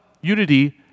unity